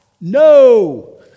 No